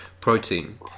protein